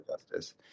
Justice